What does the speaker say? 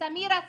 סמירה איסמהין,